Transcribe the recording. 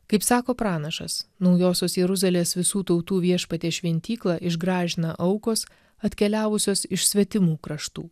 kaip sako pranašas naujosios jeruzalės visų tautų viešpaties šventyklą išgražina aukos atkeliavusios iš svetimų kraštų